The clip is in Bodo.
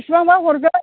बिसिबांब्ला हरगोन